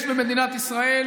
יש במדינת ישראל